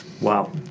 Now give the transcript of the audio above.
Wow